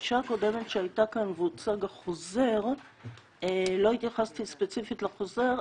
בפגישה הקודמת שהייתה כאן והוצג החוזר לא התייחסתי ספציפית לחוזר,